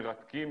מרתקים,